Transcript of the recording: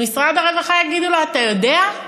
במשרד הרווחה יגידו לו: אתה יודע,